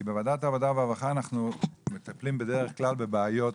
כי בוועדת העבודה והרווחה אנחנו מטפלים בדרך כלל בבעיות